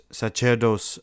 sacerdos